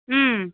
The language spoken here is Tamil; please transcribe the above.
ம்